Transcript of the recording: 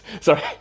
Sorry